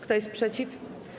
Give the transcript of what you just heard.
Kto jest przeciw?